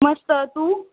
मस्त तू